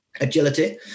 Agility